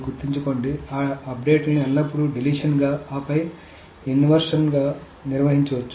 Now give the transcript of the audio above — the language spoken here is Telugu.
గుర్తుంచుకోండి ఆ అప్డేట్లను ఎల్లప్పుడూ డిలీషన్గా ఆపై ఇన్సర్షన్ గా నిర్వహించవచ్చు